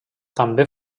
també